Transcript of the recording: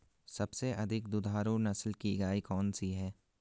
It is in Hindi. सबसे अधिक दुधारू नस्ल की गाय कौन सी है?